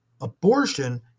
Abortion